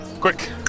Quick